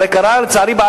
הרי קרה בארץ,